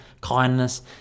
kindness